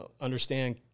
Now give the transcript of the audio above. Understand